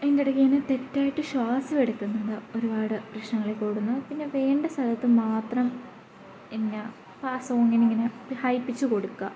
അതിൻ്റെ ഇടയ്ക്ക് ഇങ്ങനെ തെറ്റായിട്ട് ശ്വാസം എടുക്കുന്നത് ഒരുപാട് പ്രശ്നങ്ങൾ കൂടുന്നു പിന്നെ വേണ്ട സ്ഥലത്ത് മാത്രം എന്താ പാസ്സോം ഇങ്ങനിങ്ങനെ ഹൈപിച്ച് കൊടുക്കുക